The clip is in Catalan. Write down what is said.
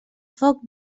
foc